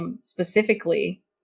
specifically